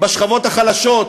לשכבות החלשות,